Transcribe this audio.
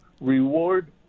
reward